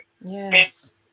Yes